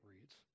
reads